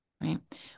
Right